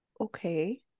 Okay